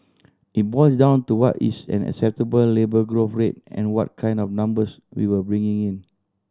it boils down to what is an acceptable labour growth rate and what kind of numbers we were bringing in